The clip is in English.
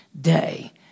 day